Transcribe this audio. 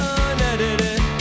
unedited